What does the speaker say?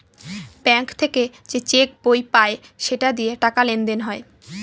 bank থেকে যে cheque বই পায় সেটা দিয়ে টাকা লেনদেন হয়